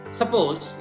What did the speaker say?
suppose